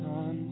on